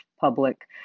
public